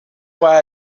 why